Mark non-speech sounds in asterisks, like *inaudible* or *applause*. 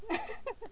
*laughs*